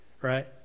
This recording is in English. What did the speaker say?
right